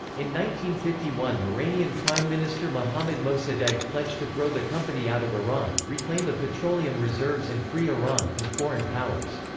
in fifty one iranian prime minister mohammad mosaddegh pledged to throw the company out of iran, reclaim the petroleum reserves and free iran from foreign powers.